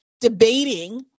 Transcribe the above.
debating